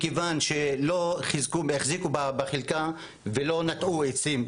מכיוון שלא החזיקו בחלקה ולא נטעו עצים,